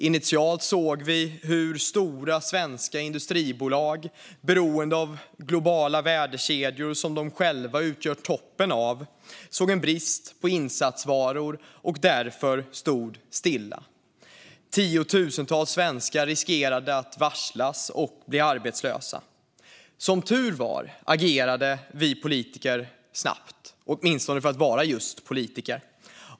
Initialt såg vi hur stora svenska industribolag, beroende av de globala värdekedjor som de själva utgör toppen av, såg en brist på insatsvaror och därför stod stilla. Tiotusentals svenskar riskerade att varslas och bli arbetslösa. Som tur var agerade vi politiker snabbt, åtminstone för att vara just politiker.